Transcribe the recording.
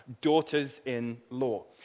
daughters-in-law